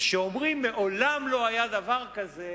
וכשאומרים: מעולם לא היה דבר כזה,